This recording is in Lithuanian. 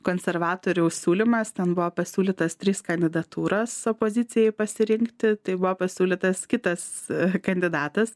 konservatorių siūlymas ten buvo pasiūlytos trys kandidatūros opozicijai pasirinkti tai buvo pasiūlytas kitas kandidatas